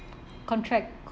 contract